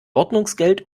ordnungsgeld